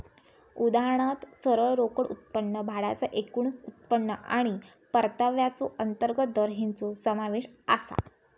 उदाहरणात सरळ रोकड उत्पन्न, भाड्याचा एकूण उत्पन्न आणि परताव्याचो अंतर्गत दर हेंचो समावेश आसा